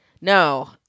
No